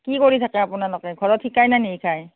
কি কৰি থাকে আপোনালোকে ঘৰত শিকাইনে নিশিকাই